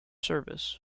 service